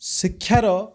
ଶିକ୍ଷାର